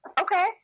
okay